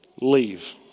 leave